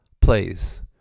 plays